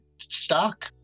stock